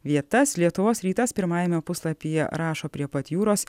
vietas lietuvos rytas pirmajame puslapyje rašo prie pat jūros